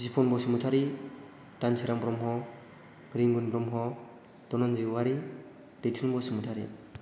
जिपुन बसुमातारि दानसोरां ब्रह्म रिंगुन ब्रह्म धनन्जय औवारि दैथुन बसुमातारि